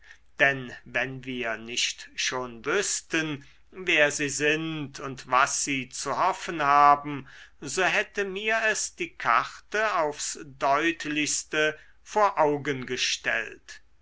denn wenn wir nicht schon wüßten wer sie sind und was sie zu hoffen haben so hätte mir es die karte aufs deutlichste vor augen gestellt